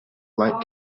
light